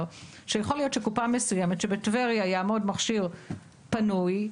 שיכול להיות שבטבריה יעמוד מכשיר פנוי,